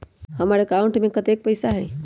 हमार अकाउंटवा में कतेइक पैसा हई?